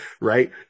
Right